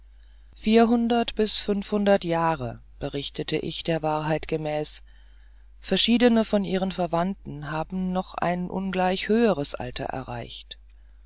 vierhundert jahre berichtete ich der wahrheit gemäß verschiedene von ihren verwandten haben noch ein ungleich höheres alter erreicht